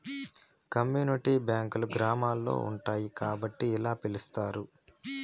community బ్యాంకులు గ్రామాల్లో ఉంటాయి కాబట్టి ఇలా పిలుత్తారు